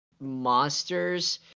monsters